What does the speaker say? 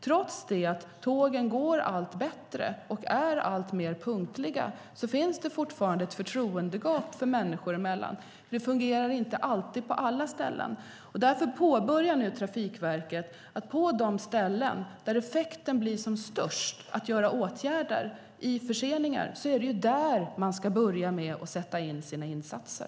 Trots att tågen går allt bättre och är allt mer punktliga finns det fortfarande ett förtroendegap människor emellan. Det fungerar inte alltid på alla ställen. Därför påbörjar nu Trafikverket åtgärder på de ställen där effekten blir som störst. När det gäller förseningar är det där man ska börja med att sätta in sina insatser.